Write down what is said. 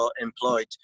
employed